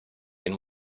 den